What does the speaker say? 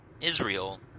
Israel